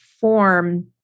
form